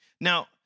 Now